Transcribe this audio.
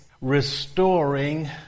restoring